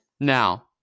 Now